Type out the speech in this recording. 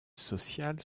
social